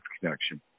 connection